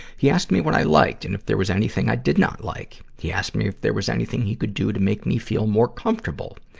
he asked me what i liked and if there was anything i did not like. he asked me if there was anything he could do to make me feel more comfortable.